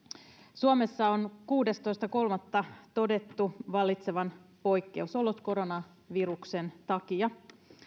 suomessa on kuudestoista kolmatta todettu vallitsevan poikkeusolot koronaviruksen takia